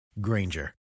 Granger